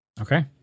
Okay